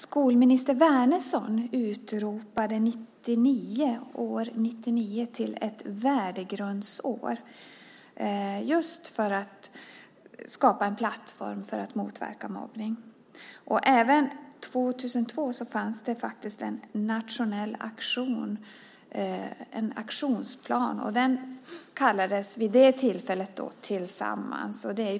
Skolminister Wärnersson utropade 1999 till ett värdegrundsår just för att skapa en plattform för att motverka mobbning. Även 2002 fanns det en nationell aktionsplan som kallades Tillsammans.